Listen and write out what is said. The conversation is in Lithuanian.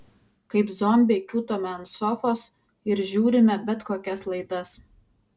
kaip zombiai kiūtome ant sofos ir žiūrime bet kokias laidas